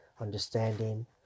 understanding